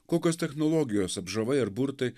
kokios technologijos apžavai ar burtai